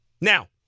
Now